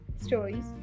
stories